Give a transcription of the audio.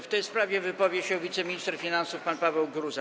W tej sprawie wypowie się wiceminister finansów pan Paweł Gruza.